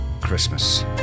Christmas